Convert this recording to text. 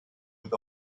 with